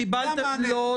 זה המענה -- לא.